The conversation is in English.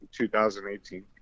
2018